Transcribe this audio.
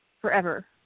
Forever